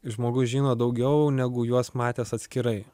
žmogus žino daugiau negu juos matęs atskirai